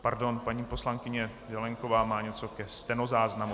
Pardon, paní poslankyně Zelienková má něco ke stenozáznamu.